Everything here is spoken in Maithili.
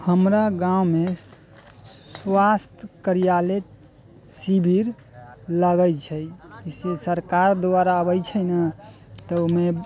हमरा गाँवमे स्वास्थ्य कर्यालय शिविर लगैत छै से सरकार द्वारा अबैत छै ने तऽ ओहिमे